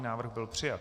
Návrh byl přijat.